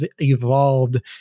evolved